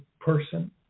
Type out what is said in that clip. person